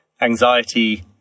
anxiety